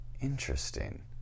Interesting